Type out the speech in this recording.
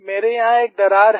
मेरे यहाँ एक दरार है